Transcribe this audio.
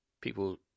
people